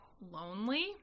lonely